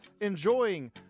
enjoying